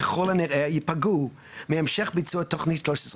ככל הנראה ייפגעו מהמשך ביצוע תוכנית 6/13,